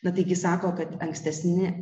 na taigi sako kad ankstesni